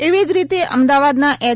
એવી જ રીતે અમદાવાદના એચ